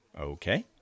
Okay